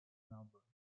melbourne